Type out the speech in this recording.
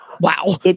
wow